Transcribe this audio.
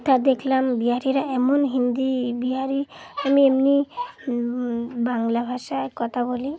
তা দেখলাম বিহারিরা এমন হিন্দি বিহারি আমি এমনি বাংলা ভাষায় কথা বলি